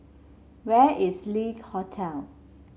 where is Le Hotel